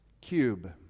cube